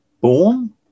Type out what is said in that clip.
born